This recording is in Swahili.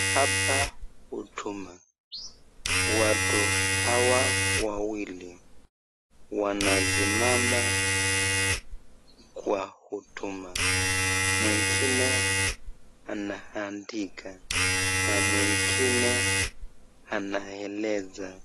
Hapa huduma watu hawa wawili wanasimama kwa huduma mwingine anaandika na mwingine anaeleza